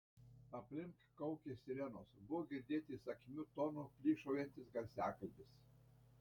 aplink kaukė sirenos buvo girdėti įsakmiu tonu plyšaujantis garsiakalbis